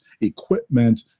equipment